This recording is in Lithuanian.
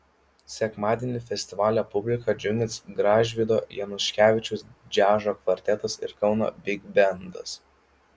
sekmadienį festivalio publiką džiugins gražvydo januškevičiaus džiazo kvartetas ir kauno bigbendas